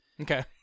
Okay